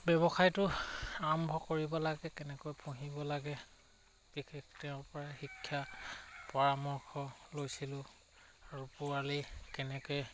ব্যৱসায়টো আৰম্ভ কৰিব লাগে কেনেকৈ পুহিব লাগে বিশেষ তেওঁৰ পৰাই শিক্ষা পৰামৰ্শ লৈছিলোঁ আৰু পোৱালি কেনেকে